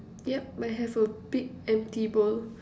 yup I have a big empty bowl